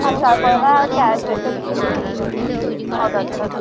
আর তারপরে না আর ক্যাশ এসে দিয়ে যাবেন অর্ডারটার